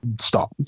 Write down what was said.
stop